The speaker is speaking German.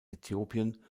äthiopien